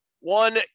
one